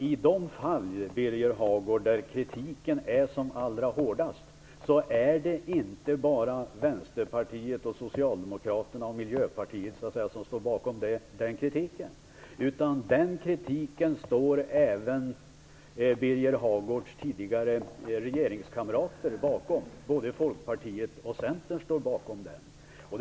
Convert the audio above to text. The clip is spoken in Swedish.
I de fall där kritiken är som allra hårdast, Birger Hagård, är det inte bara Vänsterpartiet, Socialdemokraterna och Miljöpartiet som står bakom kritiken. Den kritiken står även Birger Hagårds partis tidigare regeringskamrater bakom. Både Folkpartiet och Centerpartiet står bakom den kritiken.